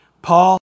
Paul